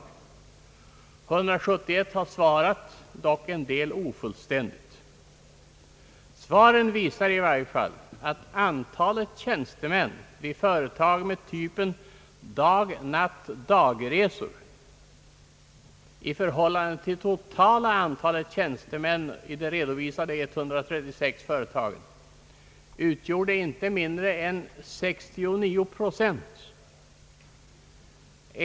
Av dem har 171 svarat, en del dock ofullständigt. Svaren visar i varje fall att antalet tjänstemän vid företag med typ dag-natt-dagresor i förhållande till totala antalet tjänstemän vid de redovisade 136 företagen utgjorde inte mindre än 69 procent.